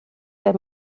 der